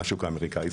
מהשוק האמריקאי.